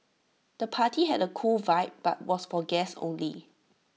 the party had A cool vibe but was for guests only